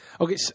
Okay